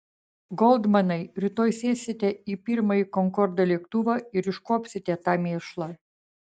goldmanai rytoj sėsite į pirmąjį konkordo lėktuvą ir iškuopsite tą mėšlą